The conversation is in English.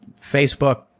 Facebook